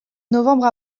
novembre